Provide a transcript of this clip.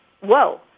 whoa